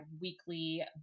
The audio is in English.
weekly